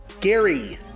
Gary